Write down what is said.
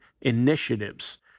initiatives